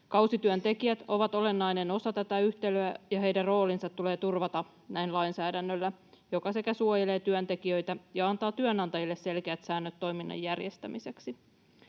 Kausityöntekijät ovat olennainen osa tätä yhtälöä, ja heidän roolinsa tulee turvata näin lainsäädännöllä, joka suojelee työntekijöitä ja antaa työnantajille selkeät säännöt toiminnan järjestämiseksi.